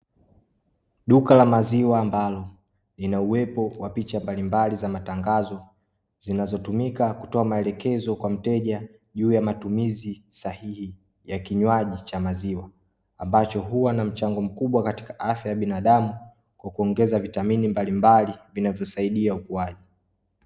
Duka la maziwa ambalo lina uwepo wa picha mbalimbali za matangazo, zinazotumika kutoa maelekezo kwa mteja juu ya matumizi sahihi ya kinywaji cha maziwa, ambacho huwa na mchango mkubwa katika afya ya binadamu, kwa kuongeza vitamini mballimbali vinavyosaidia ukuaji.